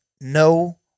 no